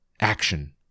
Action